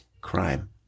crime